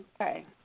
Okay